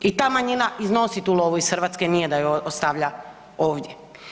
I ta manjina iznosi tu lovu iz Hrvatske nije da ju ostavlja ovdje.